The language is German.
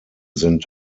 sind